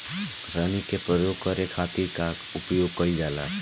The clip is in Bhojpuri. रसायनिक के प्रयोग करे खातिर का उपयोग कईल जाला?